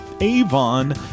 Avon